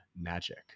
Magic